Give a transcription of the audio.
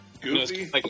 Goofy